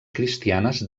cristianes